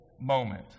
moment